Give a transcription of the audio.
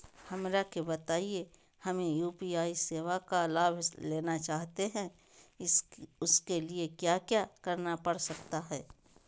हमरा के बताइए हमें यू.पी.आई सेवा का लाभ लेना चाहते हैं उसके लिए क्या क्या करना पड़ सकता है?